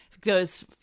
goes